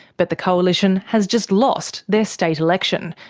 but the coalition has just lost their state election,